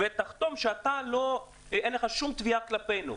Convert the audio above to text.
ותחתום שאין לך שום תביעה כלפינו.